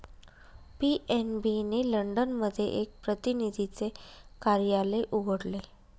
PNB ने London मध्ये एक प्रतिनिधीचे कार्यालय उघडले